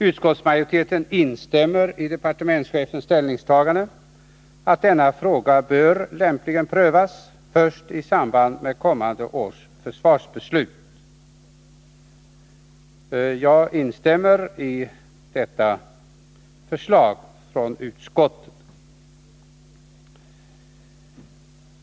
Utskottsmajoriteten ansluter sig till departementschefens ställningstagande att denna fråga lämpligen bör prövas först i samband med kommande års försvarsbeslut. Jag instämmer i detta förslag från utskottet.